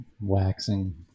waxing